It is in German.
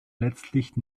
letztlich